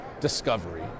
discovery